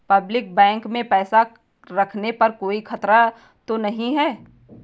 Public bank में पैसा रखने पर कोई खतरा तो नहीं है?